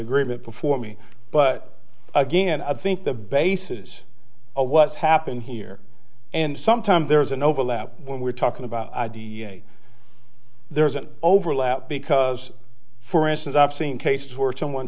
agreement before me but again i think the basis of what's happened here and sometimes there's an overlap when we're talking about there's an overlap because for instance i've seen case for someone